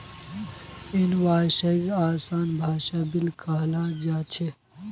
इनवॉइसक आसान भाषात बिल कहाल जा छेक